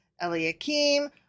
Eliakim